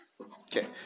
Okay